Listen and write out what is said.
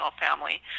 family